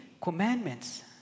commandments